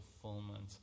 fulfillment